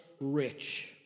rich